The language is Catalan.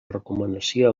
recomanació